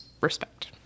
respect